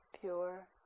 Pure